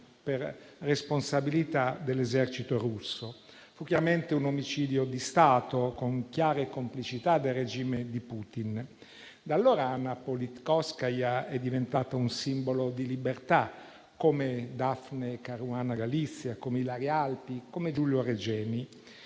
per responsabilità dell’esercito russo. Fu chiaramente un omicidio di Stato, con chiare e complicità del regime di Putin. Da allora Anna Politkovskaja è diventata un simbolo di libertà, come Dafne Caruana Galizia, Ilaria Alpi e Giulio Regeni.